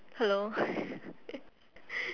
hello